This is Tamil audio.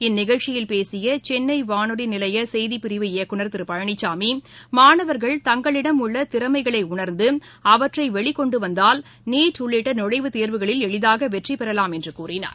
இந்நிகழ்ச்சியில் பேசியசென்னைவானொலிநிலையத்தின் செய்திப் பிரிவு இயக்குநர் திருபழனிச்சாமி மாணவர்கள் தங்களிடம் உள்ளதிறமைகளைஉணர்ந்துஅவற்றைவெளிகொண்டுவந்தால் நீட் உள்ளிட்டநுழைவுத் தேர்வுகளில் எளிதாகவெற்றிபெறவாம் என்றுகூறினார்